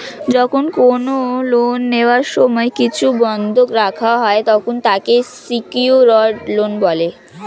যখন কোন লোন নেওয়ার সময় কিছু বন্ধক রাখা হয়, তখন তাকে সিকিওরড লোন বলে